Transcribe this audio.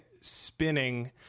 spinning